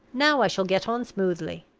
now i shall get on smoothly.